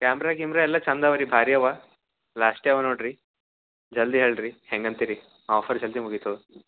camera ಗೀಮ್ರ ಎಲ್ಲ ಚಂದ ಅವ ರೀ ಭಾರಿ ಅವ ಲಾಸ್ಟ್ ಅವ ನೋಡ್ರಿ ಜಲ್ದಿ ಹೇಳ್ರಿ ಹೇಗಂತಿರಿ ಆಫರ್ ಜಲ್ದಿ ಮುಗಿತದೆ